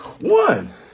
one